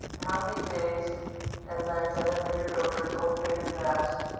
how many days and nights i had lingered over its old faded maps,